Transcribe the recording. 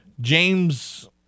James